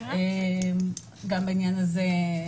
גם בעניין הזה,